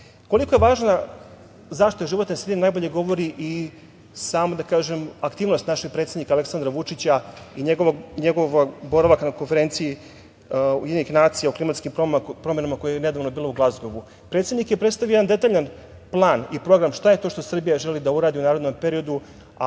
je važna zaštita životne sredine najbolje govori i sama, da kažem, aktivnost našeg predsednika, Aleksandra Vučića, i njegov boravak na konferenciji UN o klimatskim promenama koja je nedavno bila u Glazgovu. Predsednik je predstavio jedan detaljan plan i program šta je to što Srbija želi da uradi u narednom periodu,